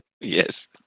Yes